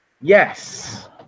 yes